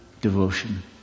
devotion